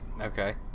Okay